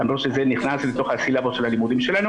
למרות שזה נכנס לתוך הסילבוס של הלימודים שלנו